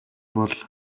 бол